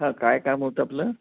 हां काय काम होतं आपलं